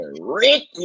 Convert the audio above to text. Rick